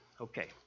Okay